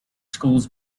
schools